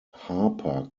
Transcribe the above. harper